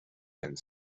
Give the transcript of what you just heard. and